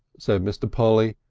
said mr. polly,